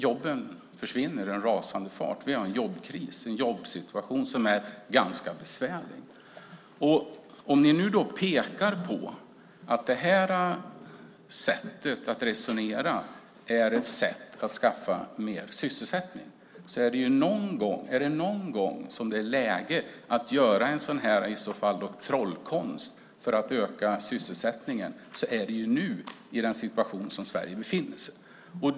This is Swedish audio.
Jobben försvinner i rasande fart. Vi har en jobbkris och en jobbsituation som är ganska besvärlig. Om ni pekar på att det här sättet att resonera är ett sätt att skapa mer sysselsättning. Om det någon gång är läge att göra en sådan här trollkonst för att öka sysselsättningen är det nu, i den situation som Sverige befinner sig i.